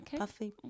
Okay